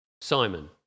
Simon